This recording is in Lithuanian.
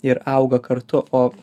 ir auga kartu o